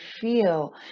feel